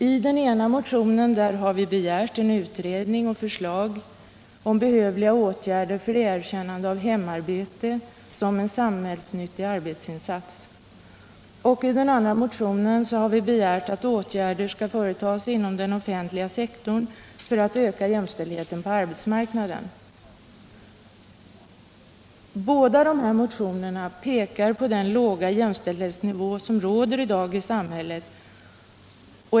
I den ena motionen har vi begärt utredning och förslag om behövliga åtgärder för erkännande av hemarbetet som samhällsnyttig arbetsinsats, och i den andra motionen har vi begärt att åtgärder skall vidtas inom den offentliga sektorn för att öka jämställdheten på arbetsmarknaden. Båda dessa motioner pekar på den låga jämställdhetsnivå som råder i dag i samhället.